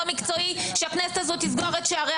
מקצועי אז שהכנסת הזו תסגור את שעריה.